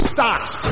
Stocks